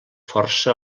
força